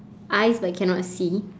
eyes but cannot see